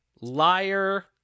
liar